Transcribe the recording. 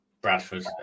Bradford